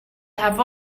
have